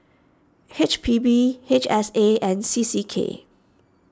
H P B H S A and C C K